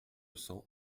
cent